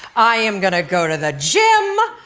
i am going to go to the gym,